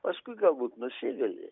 paskui galbūt nusivili